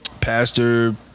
pastor